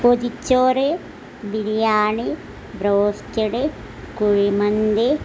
പൊതിച്ചോറ് ബിരിയാണി റോസ്റ്റഡ് കുഴിമന്തി